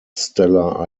stella